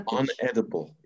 unedible